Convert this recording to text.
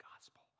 gospel